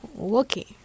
Okay